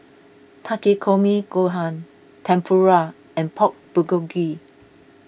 Takikomi Gohan Tempura and Pork Bulgogi